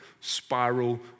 spiral